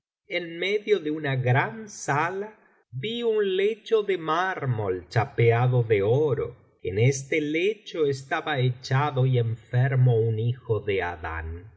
en medio de una gran sala vi un lecho de mármol chapeado de oro en este lecho estaba echado y enfermo un hijo de adán era